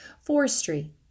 forestry